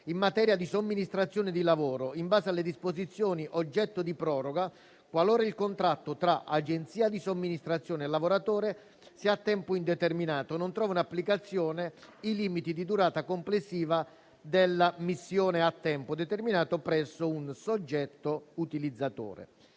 in materia di somministrazione di lavoro; in base alla disposizione oggetto di proroga, qualora il contratto tra agenzia di somministrazione e lavoratore sia a tempo indeterminato, non trovano applicazione i limiti di durata complessiva della missione (o delle missioni) a tempo determinato presso un soggetto utilizzatore.